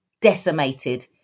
decimated